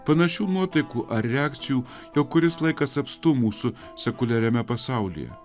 panašių nuotaikų ar reakcijų jau kuris laikas apstu mūsų sekuliariame pasaulyje